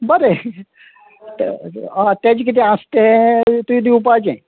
बरें तेजें किदें आस तें तुयें दिवपाचें